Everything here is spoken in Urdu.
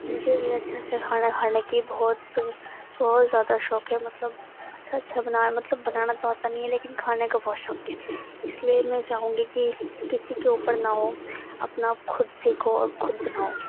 مجھے بھی اچھا اچھا کھانا کھانے کی بہت بہت زیادہ شوق ہے مطلب اچھا اچھا بنانا مطلب بنانا تو آتا نہیں ہے لیکن کھانے کا بہت شوق ہے اس لیے میں چاہوں گی کہ کسی کے اوپر نہ ہو اپنا خود سیکھو اور خود بناؤ